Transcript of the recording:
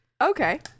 okay